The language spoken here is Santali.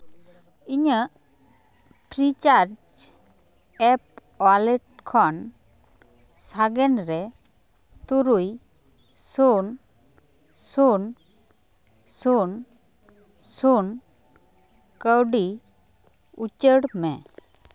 ᱤᱧᱟᱹᱜ ᱯᱷᱨᱤ ᱪᱟᱨᱡᱽ ᱮᱯ ᱳᱣᱟᱞᱮᱴ ᱠᱷᱚᱱ ᱥᱟᱜᱮᱱ ᱨᱮ ᱛᱩᱨᱩᱭ ᱥᱩᱱ ᱥᱩᱱ ᱥᱩᱱ ᱠᱟᱹᱣᱰᱤ ᱩᱪᱟᱹᱲ ᱢᱮ